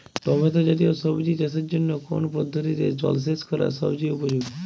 Tomato জাতীয় সবজি চাষের জন্য কোন পদ্ধতিতে জলসেচ করা সবচেয়ে উপযোগী?